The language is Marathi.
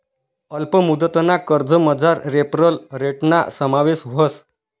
अल्प मुदतना कर्जमझार रेफरल रेटना समावेश व्हस